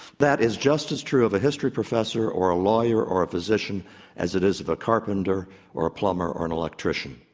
that is just as true of a history professor or a lawyer or a physician as it of a carpenter or a plumber or an electrician.